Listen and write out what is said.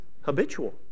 habitual